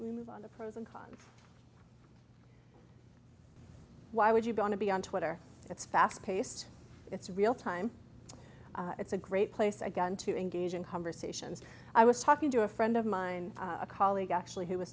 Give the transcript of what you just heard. move on the pros and cons why would you want to be on twitter it's fast paced it's real time it's a great place again to engage in conversations i was talking to a friend of mine a colleague actually who was